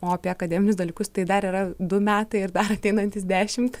o apie akademinius dalykus tai dar yra du metai ir dar ateinantys dešimt